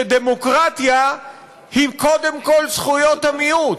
שדמוקרטיה היא קודם כול זכויות המיעוט.